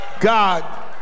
God